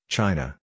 China